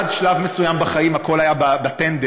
עד שלב מסוים בחיים הכול היה בטנדר,